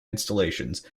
installations